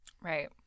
Right